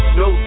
no